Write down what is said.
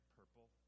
purple